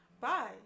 Bye